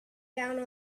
down